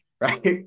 right